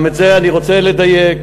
לא, גם זה, אני רוצה לדייק.